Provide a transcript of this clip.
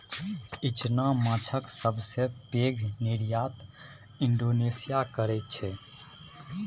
इचना माछक सबसे पैघ निर्यात इंडोनेशिया करैत छै